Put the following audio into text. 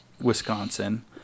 Wisconsin